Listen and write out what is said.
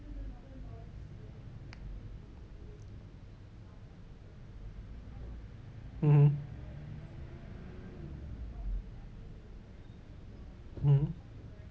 mmhmm mmhmm